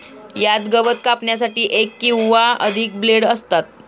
यात गवत कापण्यासाठी एक किंवा अधिक ब्लेड असतात